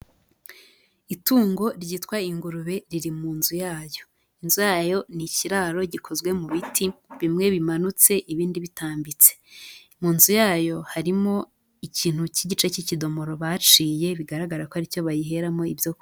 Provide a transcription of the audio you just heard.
Itungo ryitwa ingurube riri mu nzu yayo. Inzu yayo ni ikiraro gikozwe mu biti bimwe bimanutse ibindi bitambitse. Mu nzu yayo harimo ikintu cy'igice cy'ikidomoro baciye bigaragara ko ari cyo bayiheramo ibyo...